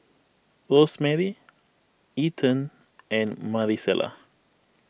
Rosemary Ethen and Marisela